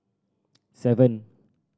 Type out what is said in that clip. seven